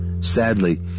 Sadly